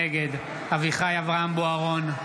נגד אביחי אברהם בוארון,